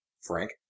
Frank